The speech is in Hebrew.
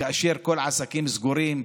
כאשר כל העסקים סגורים,